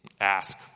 ask